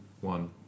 One